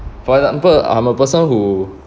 for example I'm a person who